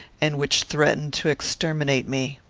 and which threatened to exterminate me.